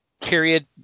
Period